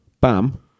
Bam